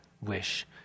wish